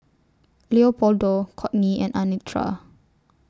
Leopoldo Kortney and Anitra